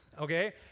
okay